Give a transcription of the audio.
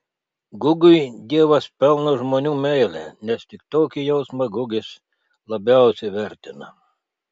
gugiui dievas pelno žmonių meilę nes tik tokį jausmą gugis labiausiai vertina